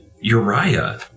Uriah